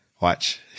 Watch